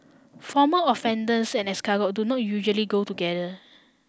former offenders and escargot do not usually go together